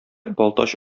балтач